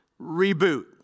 Reboot